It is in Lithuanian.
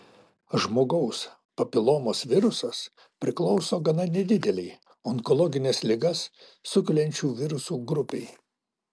žmogaus papilomos virusas priklauso gana nedidelei onkologines ligas sukeliančių virusų grupei